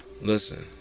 Listen